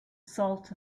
salt